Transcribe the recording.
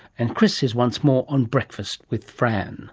and chris is once more on breakfast with fran